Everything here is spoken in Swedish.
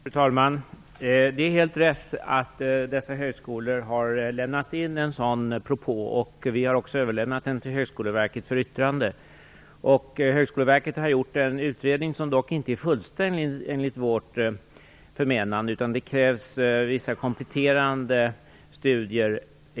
Fru talman! Det är helt riktigt att dessa högskolor har lämnat in en sådan propå. Vi har också överlämnat den till Högskoleverket för yttrande. Högskoleverket har gjort en utredning, som dock inte är fullständig, enligt vårt förmenande, utan det krävs vissa kompletterande studier.